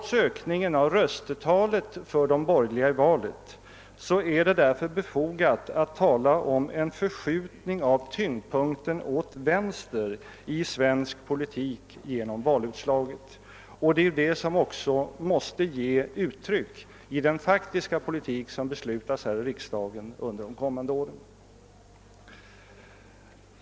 Trots ökningen av röstetalet för de borgerliga i valet är det därför befogat att tala om en förskjutning av tyngdpunkten åt vänster i svensk politik genom valutslaget. Det är det som också måste ges uttryck i den faktiska politik som kommer att beslutas här i riksdagen under de kommande åren.